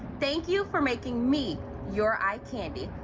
thank you for making me your eye candy.